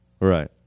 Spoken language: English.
right